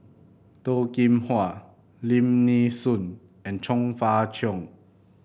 Toh Kim Hwa Lim Nee Soon and Chong Fah Cheong